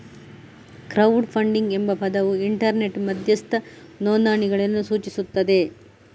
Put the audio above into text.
crowd funding ಎಂಬ ಪದವು internet ಮಧ್ಯಸ್ಥ ನೋಂದಣಿಗಳನ್ನು ಸೂಚಿಸುತ್ತದೆ